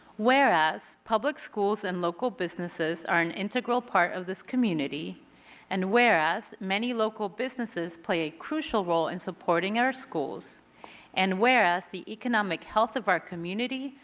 whereas, public schools and local businesses are an integral part of this community and whereas, many local businesses play a crucial role in supporting our schools and whereas, the economic health of our community,